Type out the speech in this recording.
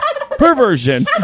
perversion